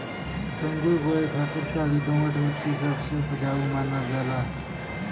अंगूर बोए खातिर काली दोमट मट्टी सबसे उपजाऊ मानल जाला